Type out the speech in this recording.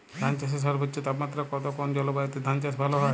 ধান চাষে সর্বোচ্চ তাপমাত্রা কত কোন জলবায়ুতে ধান চাষ ভালো হয়?